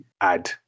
add